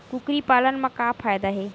कुकरी पालन म का फ़ायदा हे?